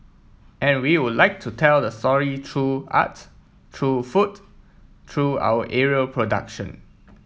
and we would like to tell the story through art through food through our aerial production